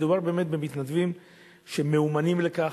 מדובר במתנדבים שמאומנים לכך,